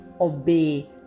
obey